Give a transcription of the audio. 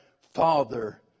Father